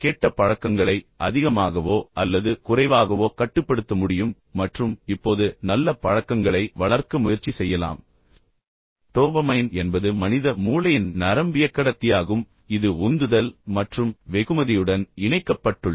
கெட்ட பழக்கங்களை அதிகமாகவோ அல்லது குறைவாகவோ கட்டுப்படுத்த முடியும் மற்றும் இப்போது நல்ல பழக்கங்களை வளர்க்க முயற்சி செய்யலாம் டோபமைன் என்பது மனித மூளையின் நரம்பியக்கடத்தியாகும் இது உந்துதல் மற்றும் வெகுமதியுடன் இணைக்கப்பட்டுள்ளது